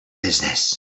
business